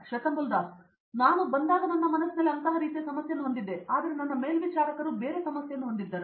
ಶ್ವೇತಂಬುಲ್ ದಾಸ್ ನಾನು ಬಂದಾಗ ನನ್ನ ಮನಸ್ಸಿನಲ್ಲಿ ಅಂತಹ ರೀತಿಯ ಸಮಸ್ಯೆಯನ್ನು ಹೊಂದಿದ್ದೆ ಆದರೆ ನನ್ನ ಮೇಲ್ವಿಚಾರಕನು ಬೇರೆ ಸಮಸ್ಯೆಯನ್ನು ಹೊಂದಿದ್ದನು